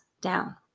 down